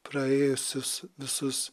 praėjusius visus